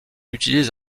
utilise